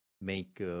make